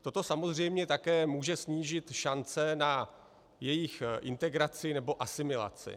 Toto samozřejmě také může snížit šance na jejich integraci nebo asimilaci.